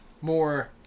more